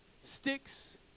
sticks